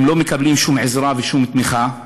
הם לא מקבלים שום עזרה ושום תמיכה.